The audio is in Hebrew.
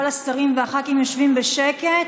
כל השרים והח"כים יושבים בשקט,